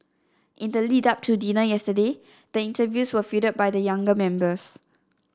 in the lead up to dinner yesterday the interviews were fielded by the younger members